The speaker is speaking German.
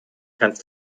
kannst